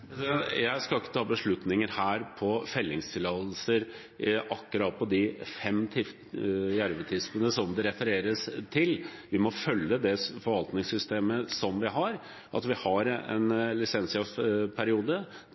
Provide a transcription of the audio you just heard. Jeg skal ikke ta beslutninger her om fellingstillatelser på akkurat de fem jervtispene som det refereres til. Vi må følge det forvaltningssystemet vi har. Vi har en lisensjaktperiode. Den er vi